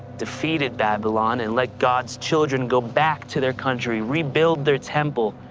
defeated babylon and let god's children go back to their country, rebuild their temple,